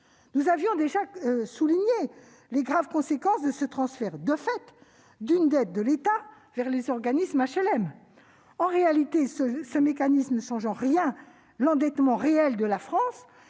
Nous avions déjà souligné les graves conséquences de ce transfert, de fait, d'une dette de l'État vers les organismes HLM. Si ce mécanisme ne change en rien l'endettement réel de la France,